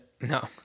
no